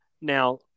now